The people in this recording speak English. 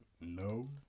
No